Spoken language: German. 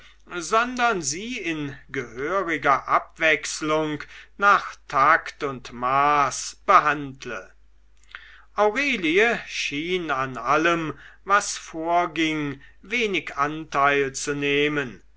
sondern sie in gehöriger abwechslung nach takt und maß behandle aurelie schien an allem was vorging wenig anteil zu nehmen